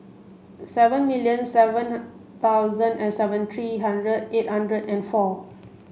seven million seven thousand and seventy three hundred eight hundred and four